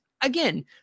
again